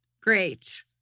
Great